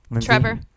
Trevor